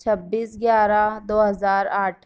چھبیس گیارہ دو ہزار آٹھ